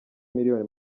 miliyoni